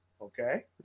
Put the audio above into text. Okay